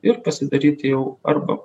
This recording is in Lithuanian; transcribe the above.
ir pasidaryti jau arba